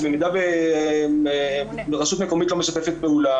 שבמידה ורשות מקומית לא משתפת פעולה,